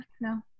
no